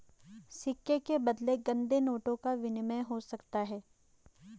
सिक्के के बदले गंदे नोटों का विनिमय हो सकता है